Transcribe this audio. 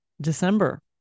December